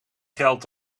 geld